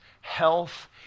health